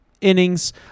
innings